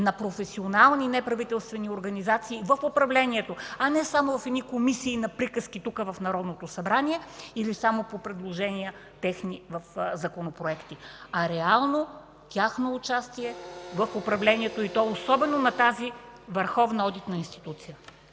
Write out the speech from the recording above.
на професионални неправителствени организации в управлението, а не само в едни комисии на приказки тук, в Народното събрание, или само по техни предложения в законопроекти, а реално тяхно участие в управлението и то особено на тази върховна одитна институция.